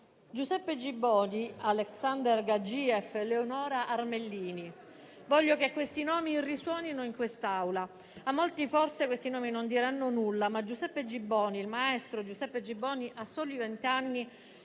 Giuseppe Gibboni, Alexander Gadjiev e Leonora Armellini: voglio che questi nomi risuonino in quest'Aula. A molti forse questi nomi non diranno nulla, ma il maestro Giuseppe Gibboni, a soli vent'anni,